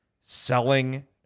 selling